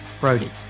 Brody